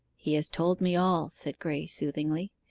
he has told me all said graye soothingly.